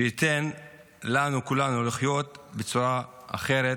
שייתן לנו, כולנו, לחיות בצורה אחרת,